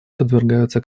подвергаются